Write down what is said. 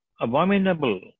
abominable